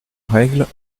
règle